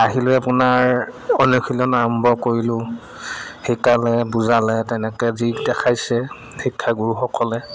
আহিলোঁ আপোনাৰ অনুশীলন আৰম্ভ কৰিলোঁ শিকালে বুজালে তেনেকৈ যি দেখাইছে শিক্ষাগুৰুসকলে